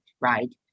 right